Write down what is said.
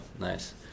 Nice